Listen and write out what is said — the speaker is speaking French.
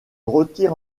retire